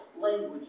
language